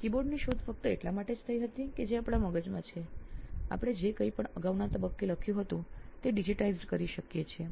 કીબોર્ડની શોધ ફક્ત એટલા માટે જ થઈ હતી કે જે આપણા મગજમાં છે આપણે જે કંઇ પણ અગાઉના તબક્કે લખ્યું હતું તે ડિજિટાઇઝ્ડ કરી શકીએ છીએ